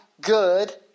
good